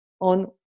on